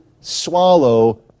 swallow